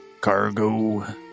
cargo